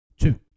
two